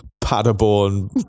Paderborn